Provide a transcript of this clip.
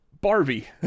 Barbie